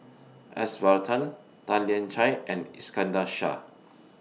S Varathan Tan Lian Chye and Iskandar Shah